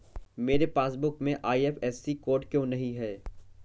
मेरे पासबुक में IFSC code क्यो नहीं है?